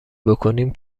بکنیم